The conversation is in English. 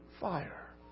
fire